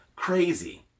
Crazy